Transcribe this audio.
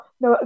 no